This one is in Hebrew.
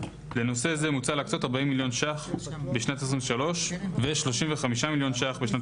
לנושא זה מוצע להקצות 40 מיליון ש"ח בשנת 2023 ו-35 מיליון ש"ח בשנת